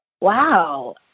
wow